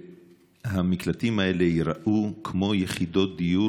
שהמתקנים האלה ייראו כמו יחידות דיור,